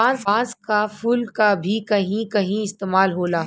बांस क फुल क भी कहीं कहीं इस्तेमाल होला